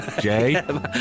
Jay